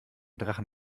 drachen